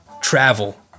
travel